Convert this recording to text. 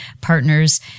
partners